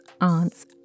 aunts